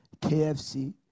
KFC